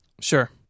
Sure